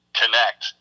connect